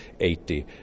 80